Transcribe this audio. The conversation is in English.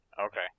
Okay